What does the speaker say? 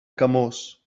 camós